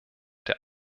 der